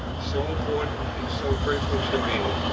so important and so grateful to me,